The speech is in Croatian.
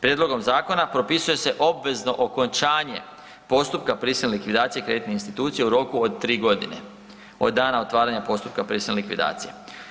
Prijedlogom zakona propisuje se obvezno okončanje postupka prisilne likvidacije kreditne institucije u roku od 3 godine od dana otvaranja postupka prisilne likvidacije.